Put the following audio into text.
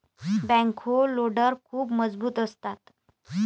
backhoe loader खूप मजबूत असतात